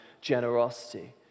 generosity